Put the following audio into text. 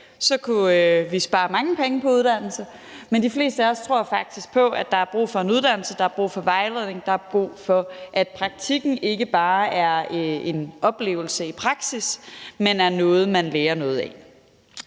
så kunne vi spare mange penge på uddannelse. Men de fleste af os tror faktisk på, at der er brug for en uddannelse, at der er brug for vejledning, og at der er brug for, at praktikken ikke bare er en oplevelse i praksis, men er noget, som man lærer noget af.